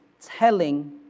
telling